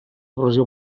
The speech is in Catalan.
depressió